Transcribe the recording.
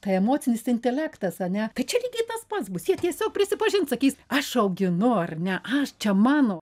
tai emocinis intelektas ane tai čia lygiai tas pats bus jie tiesiog prisipažins sakys aš auginu ar ne aš čia mano